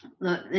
Look